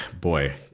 boy